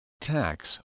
tax